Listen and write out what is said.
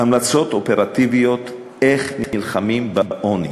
המלצות אופרטיביות איך נלחמים בעוני,